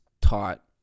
taught